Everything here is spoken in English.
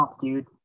dude